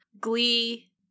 Glee